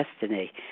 destiny